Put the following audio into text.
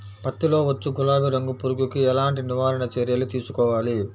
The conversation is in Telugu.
పత్తిలో వచ్చు గులాబీ రంగు పురుగుకి ఎలాంటి నివారణ చర్యలు తీసుకోవాలి?